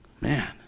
Man